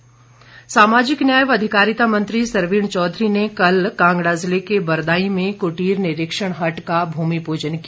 सरवीण चौधरी सामाजिक न्याय व अधिकारिता मंत्री सरवीण चौधरी ने कल कांगड़ा जिले के बरदाई में क्टीर निरीक्षण हट का भूमि पूजन किया